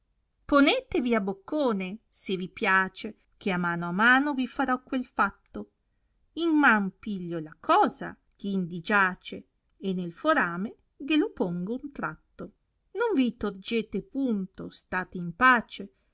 ponetevi a boccone se vi piace cile a mano a mano vi farò quel fatto in man piglio la cosa eh indi giace e nel forame ghe lo pongo un tratto non vi tergete punto state in pace